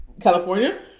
California